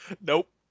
Nope